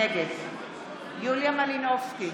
נגד יוליה מלינובסקי,